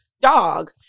dog